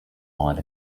find